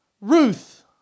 Ruth